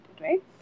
right